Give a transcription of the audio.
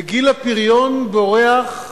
וגיל הפריון בורח בזמן,